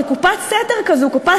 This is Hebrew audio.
כפי